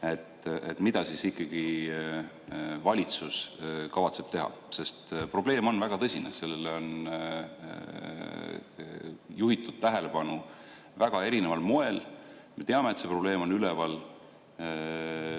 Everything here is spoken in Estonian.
Mida ikkagi valitsus kavatseb teha? Probleem on väga tõsine, sellele on juhitud tähelepanu väga erineval moel. Me teame, et see probleem on üleval.